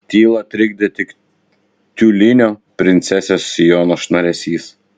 tylą trikdė tik tiulinio princesės sijono šnaresys